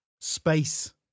space